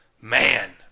Man